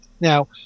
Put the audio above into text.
Now